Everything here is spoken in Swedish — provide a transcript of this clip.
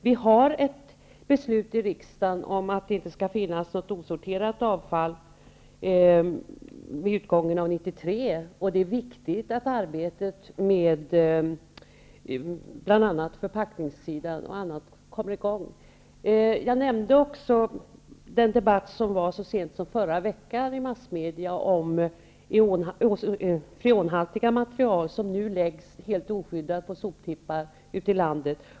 Riksdagen har fattat ett beslut om att det inte skall finnas något osorterat avfall vid utgången av 1993, och det är viktigt att arbetet kommer i gång, bl.a. Jag nämnde också den debatt som ägde rum i massmedia så sent som förra veckan om freonhaltiga material som nu läggs helt oskyddat på soptippar ute i landet.